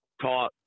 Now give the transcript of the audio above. Taught